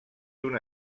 una